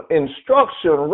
instruction